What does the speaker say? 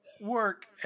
work